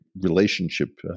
relationship